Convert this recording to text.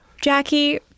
Jackie